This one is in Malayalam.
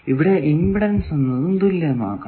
ഇവിടെ ഇമ്പിഡൻസ് എന്നതും തുല്യമാകണം